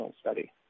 study